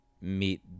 meet